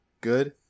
Good